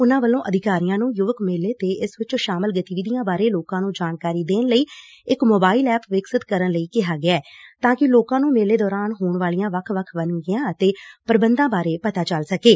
ਉਨਾਂ ਵੱਲੋਂ ਅਧਿਕਾਰੀਆਂ ਨੂੰ ਯੁਵਕ ਮੇਲੇ ਤੇ ਇਸ ਵਿੱਚ ਸ਼ਾਮਲ ਗਤੀਵਿਧੀਆਂ ਬਾਰੇ ਲੋਕਾਂ ਨੂੰ ਜਾਣਕਾਰੀ ਦੇਣ ਲਈ ਇਕ ਮੋਬਾਈਲ ਐਪ ਵਿਕਸਤ ਕਰਨ ਲਈ ਕਿਹਾ ਗਿਐ ਤਾਂ ਕਿ ਲੋਕਾਂ ਨੂੰ ਮੇਲੇ ਦੌਰਾਨ ਹੋਣ ਵਾਲੀਆਂ ਵੱਖ ਵੱਖ ਵੰਨਗੀਆਂ ਤੇ ਪ੍ਰਬੰਧਾਂ ਬਾਰੇ ਪਤਾ ਚੱਲ ਸਕੇ